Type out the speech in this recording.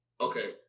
okay